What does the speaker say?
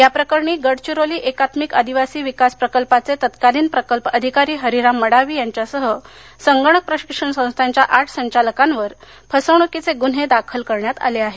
या प्रकरणी गडचिरोली एकात्मिक आदिवासी विकास प्रकल्पाचे तत्कालिन प्रकल्प अधिकारी हरिराम मडावी यांच्यासह संगणक प्रशिक्षण संस्थांच्या आठ संचालकांवर फसवणुकीचे गुन्हे दाखल करण्यात आले आहेत